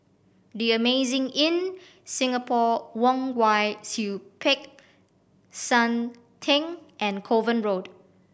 The Amazing Inn Singapore Kwong Wai Siew Peck San Theng and Kovan Road